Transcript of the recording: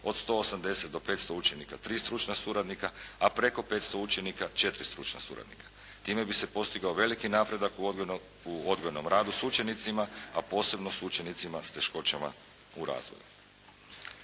od 180 do 500 učenika 3 stručna suradnika, a preko 500 učenika 4 stručna suradnika. Time bi se postigao veliki napredak u odgojnom radu s učenicima, a posebno s učenicima s teškoćama u razvoju.